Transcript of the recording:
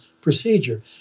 procedure